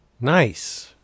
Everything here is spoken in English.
Nice